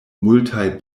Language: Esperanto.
multaj